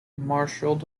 martialed